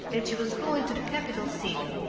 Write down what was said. that she was going to the capital city,